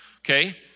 okay